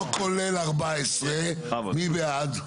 לא כולל 11, מי בעד?